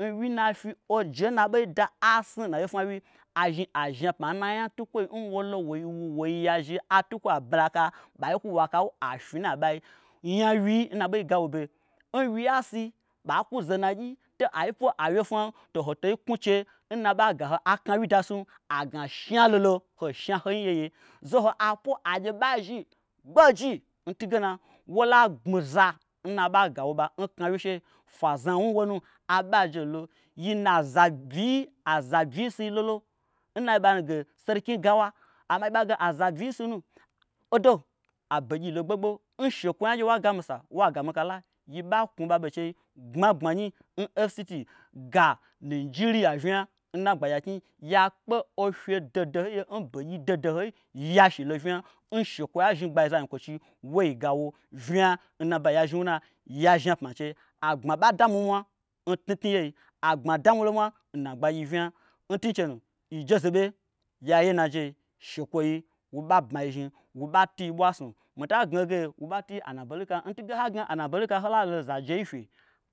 N wyii nafyi oje nna bei da asni nna wyefwna wyi azhni azhna pma nna nya tukwoi nwolo woi wu woi yazhi atukwoa bmilaka ɓai kwu woakawu afnyi nan ɓai nya wyii nna ɓei gawobe nwyiasi ɓai kwu zonagyi toai pwo awyefwnam to hotei knwuche nna ɓagaho aknawyi da sum agna shnalolo hoi shna hoin yeye doho apwo agye ɓa zhi gbooji ntunge na wola gbmiza nna ɓagawoba nnaknawyi she fwazna wnu wonu aɓoajelo. Yi na azabyi azabyisui lolo nna yiɓanuge sarkin gawa amma ayiɓa ge aza byi sunu odo abegyilo gbogbo nshekwoyia gye wagamisa wagami kala yiɓa knwuɓaɓenchei gbmagbmanyi n fct ga nijiriya vnya nna gbagyia knyi yakpe ofye doho dohoi ye n begyi doho dohoi ya shilo vnya n shekwoya zhni gbagyizanyikwochi woi gawo vnya nna ɓai yazhni nwuna yazhni apma nchei agbma ɓa dami nmwa ntnutnu yei agbma damilo mwa nna gbagyi vnya ntun chenu yijezebe yaye nnajei shekwoyi woba bmayizhni woɓa tuibwa nsnu mita gna hoge woba tui anabalikam ntunge n hagna anabalika holalo zajei fye